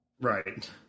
right